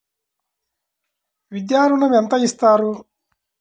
విద్యా ఋణం ఎంత ఇస్తారు?